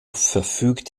verfügt